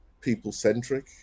people-centric